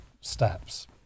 steps